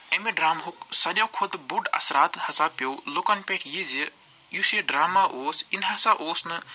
اَمہِ ڈرٛامہُک سارویو کھۄتہٕ بوٚڈ اثرات ہَسا پیوٚو لُکن پٮ۪ٹھ یہِ زِ یُس یہِ ڈرٛاما اوس یہِ نَہ ہسا اوس نہٕ